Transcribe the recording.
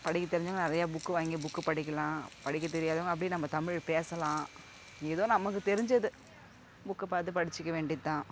படிக்க தெரிஞ்சவங்க நிறையா புக் வாங்கி புக் படிக்கலாம் படிக்க தெரியாதவங்க அப்படியே நம்ம தமிழ் பேசலாம் ஏதோ நமக்கு தெரிஞ்சது புக் பார்த்து படிச்சிக்க வேண்டியது தான்